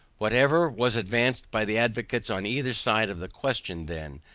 whatever was advanced by the advocates on either side of the question then,